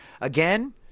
Again